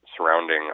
surrounding